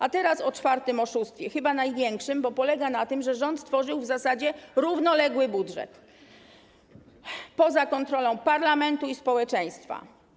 A teraz powiem o czwartym oszustwie, chyba największym, bo ono polega na tym, że rząd stworzył w zasadzie równoległy budżet poza kontrolą parlamentu i społeczeństwa.